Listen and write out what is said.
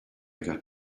got